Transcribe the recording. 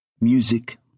music